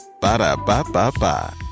Ba-da-ba-ba-ba